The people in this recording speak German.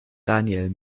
daniel